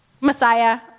Messiah